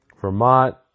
Vermont